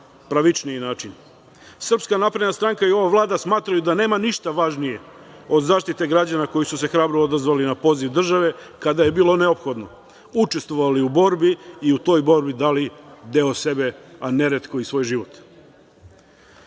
pravičniji način. Ova Vlada i SNS smatraju da nema ništa važnije od zaštite građana, koji su se hrabro odazvali na poziv države, kada je bilo neophodno učestvovali u borbi i u toj borbi dali deo sebe, a neretko i svoj život.